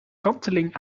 kanteling